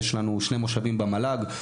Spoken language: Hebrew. יש לנו שני מושבים במל"ג,